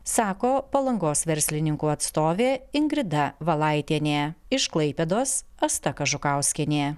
sako palangos verslininkų atstovė ingrida valaitienė iš klaipėdos asta kažukauskienė